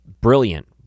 Brilliant